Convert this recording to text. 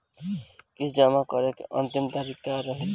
किस्त जमा करे के अंतिम तारीख का रही?